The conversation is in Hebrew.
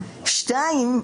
שתיים,